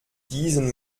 diesen